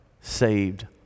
saved